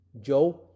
Joe